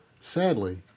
Sadly